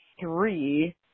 three